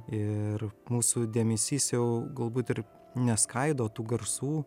ir mūsų dėmesys jau galbūt ir neskaido tų garsų